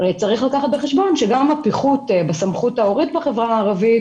צריך לקחת בחשבון שגם הפיחות בסמכות ההורית בחברה הערבית